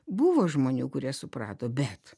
buvo žmonių kurie suprato bet